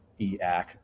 EAC